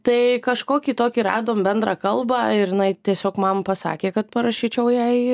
tai kažkokį tokį radom bendrą kalbą ir jinai tiesiog man pasakė kad parašyčiau jai